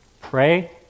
Pray